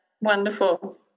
Wonderful